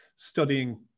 studying